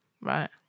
right